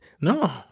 no